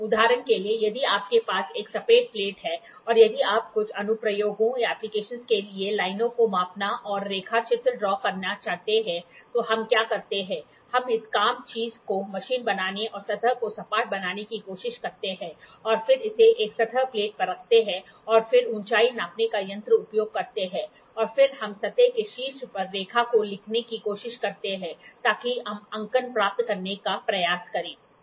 उदाहरण के लिए यदि आपके पास एक सपाट प्लेट है और यदि आप कुछ अनुप्रयोगों के लिए लाइनों को मापना और रेखा चित्र करना चाहते हैं तो हम क्या करते हैं हम इस काम चीज को मशीन बनाने और सतह को सपाट बनाने की कोशिश करते हैं और फिर इसे एक सतह प्लेट पर रखते हैं और फिर ऊंचाई नापने का यंत्र उपयोग करते हैं और फिर हम सतह के शीर्ष पर रेखा को लिखने की कोशिश करते हैं ताकि हम अंकन प्राप्त करने का प्रयास करें